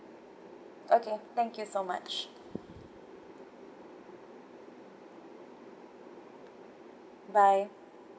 okay thank you so much bye